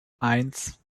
eins